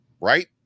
right